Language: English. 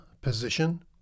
position